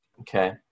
Okay